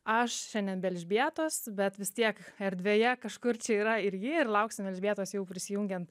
aš šiandien be elžbietos bet vis tiek erdvėje kažkur čia yra ir ji ir lauksim elžbietos jau prisijungiant